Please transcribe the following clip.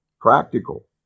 practical